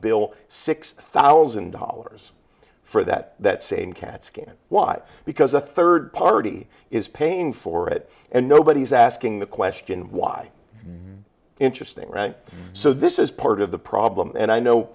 bill six thousand dollars for that that same cat scan why because a third party is paying for it and nobody's asking the question why interesting right so this is part of the problem and i know